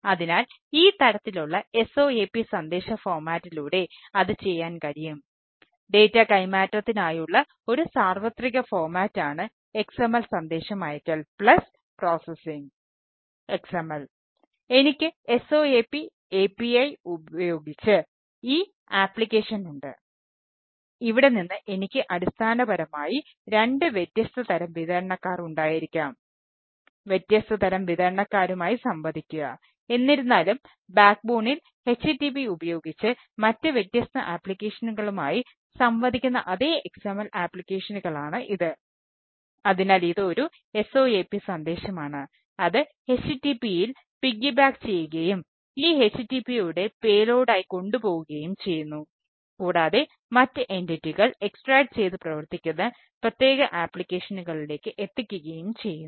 അതിനാൽ ഈ തരത്തിലുള്ള SOAP സന്ദേശ ഫോർമാറ്റിലൂടെ എത്തിക്കുകയും ചെയ്യുന്നു